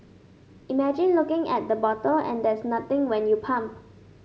imagine looking at the bottle and there's nothing when you pump